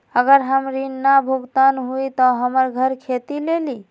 अगर हमर ऋण न भुगतान हुई त हमर घर खेती लेली?